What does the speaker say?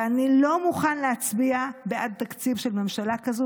ואני לא מוכן להצביע בעד תקציב של ממשלה כזאת.